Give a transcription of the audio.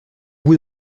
bout